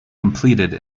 completed